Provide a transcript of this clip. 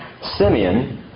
Simeon